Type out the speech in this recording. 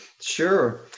Sure